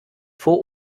vor